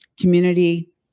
community